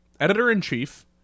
editor-in-chief